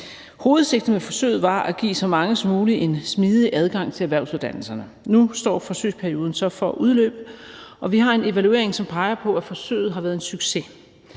Hovedsigtet med forsøget var at give så mange som muligt en smidig adgang til erhvervsuddannelserne. Nu står forsøgsperioden så til at udløbe, og vi har en evaluering, som peger på, at forsøget har været en succes.